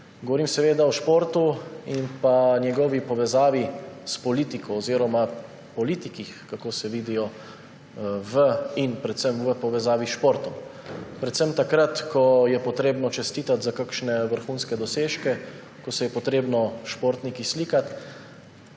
Govorim seveda o športu in njegovi povezavi s politiko oziroma o politikih, kako se vidijo predvsem v povezavi s športom. Predvsem takrat, ko je potrebno čestitati za kakšne vrhunske dosežke, ko se je potrebno s športniki slikati,